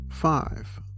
Five